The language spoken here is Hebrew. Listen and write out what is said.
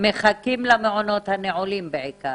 מחכים למעונות הנעולים בעיקר.